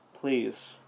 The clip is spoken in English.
Please